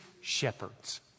Shepherds